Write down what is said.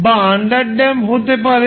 এটা আন্ডারড্যাম্পড হতে পারে